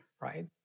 right